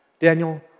Daniel